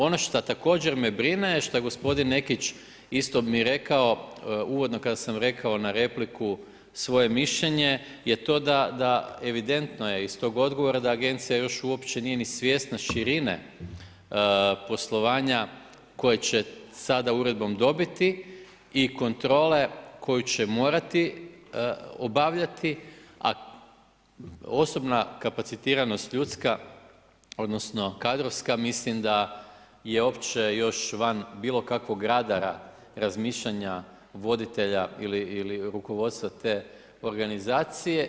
Ono što također me brine, što gospodin Nekić, isto mi je rekao, uvodno, kada sam rekao, na repliku svoje mišljenje, je to da evidentno je iz tog odgovora, da agencija još uopće nije ni svjesna širine poslovanja koje će sada uredbom dobiti i kontrole koju će morati obavljati, a osobna kapacitirana ljudska, odnosno, kadrovska, mislim da je uopće još van bilo kakvog radara razmišljanja, voditelja ili rukovodstva te organizacije.